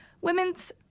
women's